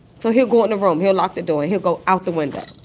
so he'll go in the room. he'll lock the door. he'll go out the window.